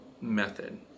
method